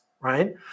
Right